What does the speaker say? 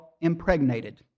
impregnated